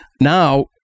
Now